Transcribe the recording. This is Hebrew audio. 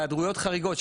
היעדרויות חריגות.